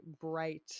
bright